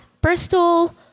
Bristol